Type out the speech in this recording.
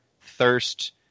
thirst